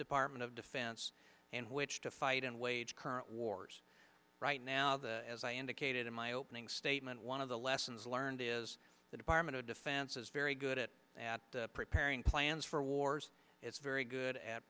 department of defense and which to fight and wage current wars right now the as i indicated in my opening statement one of the lessons learned is the department of defense is very good at at preparing plans for wars it's very good at